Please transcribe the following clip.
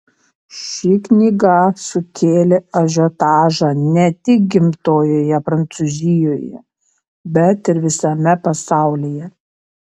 ši knyga sukėlė ažiotažą ne tik gimtojoje prancūzijoje bet ir visame pasaulyje